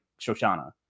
Shoshana